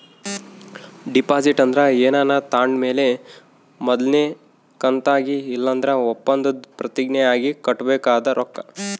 deposit ಅಂದ್ರ ಏನಾನ ತಾಂಡ್ ಮೇಲೆ ಮೊದಲ್ನೇ ಕಂತಾಗಿ ಇಲ್ಲಂದ್ರ ಒಪ್ಪಂದುದ್ ಪ್ರತಿಜ್ಞೆ ಆಗಿ ಕಟ್ಟಬೇಕಾದ ರೊಕ್ಕ